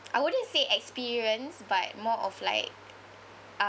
I wouldn't say experience but more of like uh